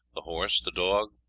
the horse, the dog,